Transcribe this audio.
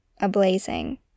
ablazing